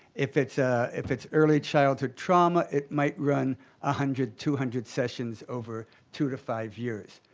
if it's ah if it's early childhood trauma, it might run a hundred, two hundred sessions over two to five years.